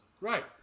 Right